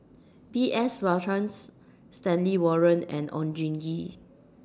B S Rajhans Stanley Warren and Oon Jin Gee